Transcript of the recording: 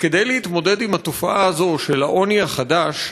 כדי להתמודד עם התופעה הזאת של העוני החדש,